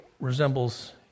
resembles